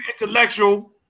intellectual